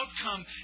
outcome